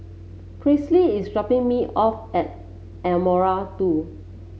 Presley is dropping me off at Ardmore Two